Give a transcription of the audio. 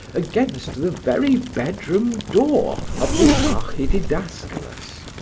against the very bedroom door of the archididascalus.